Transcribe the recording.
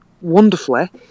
wonderfully